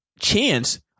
Chance